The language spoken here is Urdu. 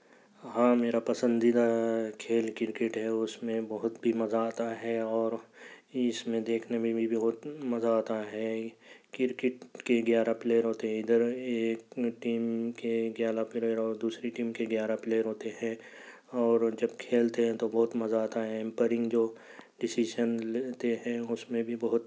ہاں میرا پسندیدہ کھیل کرکٹ ہے اُس میں بہت بھی مزہ آتا ہے اور اِس میں دیکھنے میں بھی بہت مزہ آتا ہے کرکٹ کے گیارہ پلیئر ہوتے ہیں اِدھر ایک ٹیم کے گیارہ پلیئر اور دوسری ٹیم کے گیارہ پلیئر ہوتے ہیں اور جب کھیلتے ہیں تو بہت مزہ آتا ہے امپرنگ جو ڈیسیشن لیتے ہیں اُس میں بہت